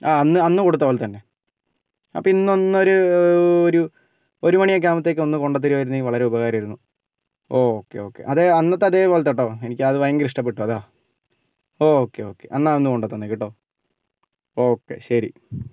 അന്ന് അന്ന് കൊടുത്ത പോലെ തന്നെ അപ്പോൾ ഇന്ന് ഒന്ന് ഒരു ഒരു ഒരുമണിയാകുമ്പോഴത്തേക്ക് ഒന്ന് കൊണ്ടുതരുമായിരുന്നെങ്കിൽ വലിയ ഉപകാരമായിരുന്നു ഓ ഓക്കേ ഓക്കേ അത് അന്നത്തെ അതുപോലത്തെ കേട്ടോ എനിക്കത് ഭയങ്കര ഇഷ്ട്ടപ്പെട്ടു അതാണ് ഓ ഓക്കേ ഓക്കേ എന്നാൽ ഒന്നുകൊണ്ടുതന്നേക്ക് കേട്ടോ ഓക്കേ ശരി